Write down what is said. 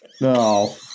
No